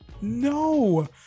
no